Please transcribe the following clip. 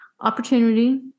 opportunity